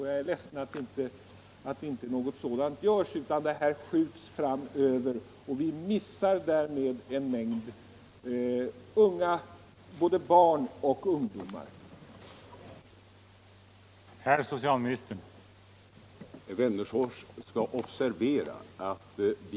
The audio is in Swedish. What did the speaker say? Jag är ledsen att det inte sker utan att åtgärder av det slaget skjuts på framtiden. Vi missar därmed en mängd både barn och ungdomar som vi annars hade kunnat nå.